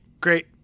Great